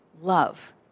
love